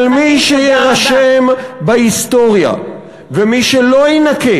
אבל מי שיירשם בהיסטוריה ומי שלא יינקה